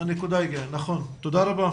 תודה רבה.